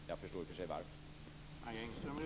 Jag förstår i och för sig varför.